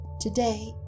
Today